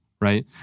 Right